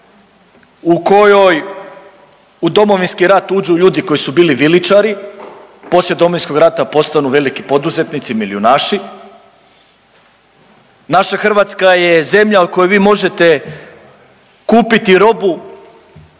u kojoj u Domovinski rat uđu ljudi koji su bili viličari, poslije Domovinskog rata postanu veliki poduzetnici milijunaši. Naša Hrvatska je zemlja u kojoj vi možete kupiti robu